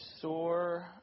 sore